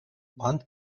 one